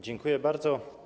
Dziękuję bardzo.